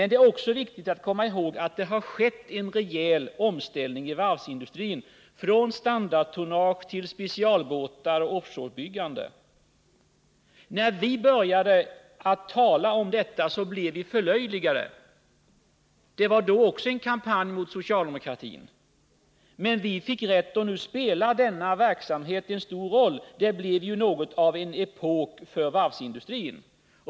Det är också viktigt att komma ihåg att en rejäl omställning inom varvsindustrin har ägt rum från standardtonnage till specialbåtar och offshore-byggande. När vi började tala om detta blev vi förlöjligade. Det var då också en kampanj mot socialdemokratin. Men vi fick rätt. Nu spelar denna nya verksamhet vid varven en stor roll. Det blev något av en epok för varvsindustrin.